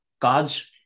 God's